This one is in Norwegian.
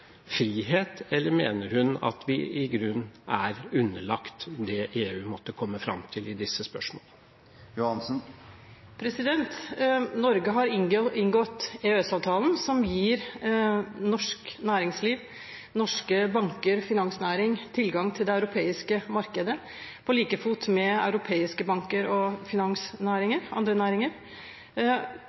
frihet, eller mener hun at vi i grunnen er underlagt det EU måtte komme fram til i disse spørsmålene? Norge har inngått EØS-avtalen, som gir norsk næringsliv, norske banker og norsk finansnæring tilgang til det europeiske markedet på like fot med europeiske banker, finansnæringer og andre næringer.